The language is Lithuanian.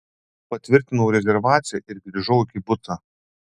patvirtinau rezervaciją ir grįžau į kibucą